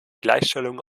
gleichstellung